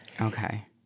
Okay